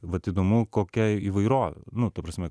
vat įdomu kokia įvairovė nu ta prasme